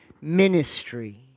ministry